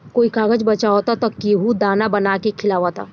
कोई कागज बचावता त केहू दाना बना के खिआवता